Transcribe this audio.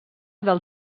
del